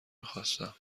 میخواستم